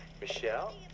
Michelle